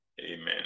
amen